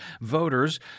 voters